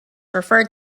referred